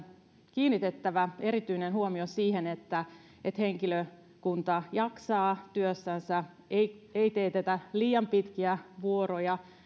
kiinnitettävä erityinen huomio siihen että että henkilökunta jaksaa työssänsä ei ei teetetä liian pitkiä vuoroja